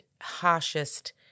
harshest